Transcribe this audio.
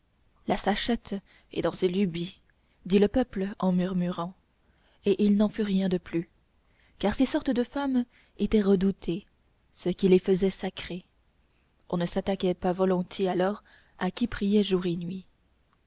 la sachette est dans ses lubies dit le peuple en murmurant et il n'en fut rien de plus car ces sortes de femmes étaient redoutées ce qui les faisait sacrées on ne s'attaquait pas volontiers alors à qui priait jour et nuit